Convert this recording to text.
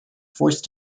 forced